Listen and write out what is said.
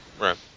Right